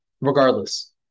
regardless